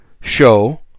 show